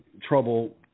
trouble